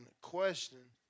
question